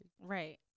Right